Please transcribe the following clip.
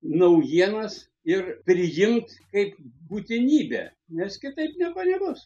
naujienas ir priimt kaip būtinybę nes kitaip nieko nebus